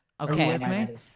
Okay